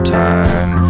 time